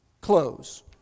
close